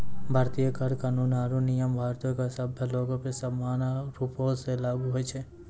भारतीय कर कानून आरु नियम भारतो के सभ्भे लोगो पे समान रूपो से लागू होय छै